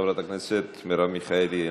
חברת הכנסת מרב מיכאלי,